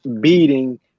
beating